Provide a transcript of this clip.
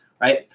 Right